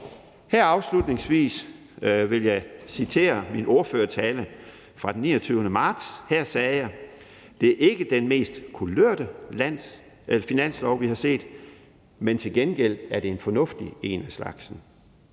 det. Afslutningsvis vil jeg citere fra min ordførertale den 29. marts. Her sagde jeg: »Det er ikke den mest kulørte finanslov, vi har set, men til gengæld er det en fornuftig en af slagsen.«